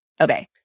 Okay